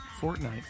Fortnite